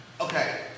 Okay